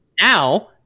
now